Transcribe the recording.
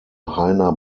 heiner